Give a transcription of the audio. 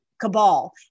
cabal